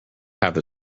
have